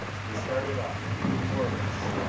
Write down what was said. we started off. four of us,